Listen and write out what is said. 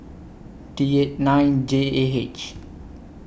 D eight nine J A H